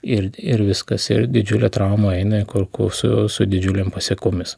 ir ir viskas ir didžiulė trauma eina kur kur su didžiulėm pasėkomis